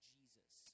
Jesus